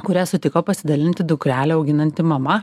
kurią sutiko pasidalinti dukrelę auginanti mama